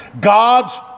God's